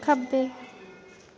खब्बे